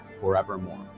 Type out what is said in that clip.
forevermore